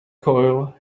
coil